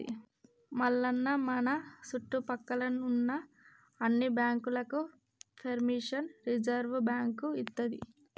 మల్లన్న మన సుట్టుపక్కల ఉన్న అన్ని బాంకులకు పెర్మిషన్ రిజర్వ్ బాంకు ఇత్తది